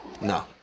no